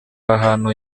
ahantu